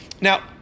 Now